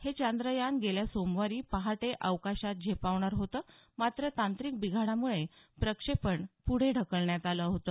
हे चांद्रयान गेल्या सोमवारी पहाटे अवकाशात झेपावणार होतं मात्र तांत्रिक बिघाडामुळे प्रक्षेपण पुढे ढकलण्यात आलं होतं